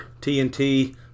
TNT